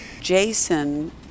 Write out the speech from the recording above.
Jason